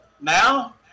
now